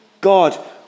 God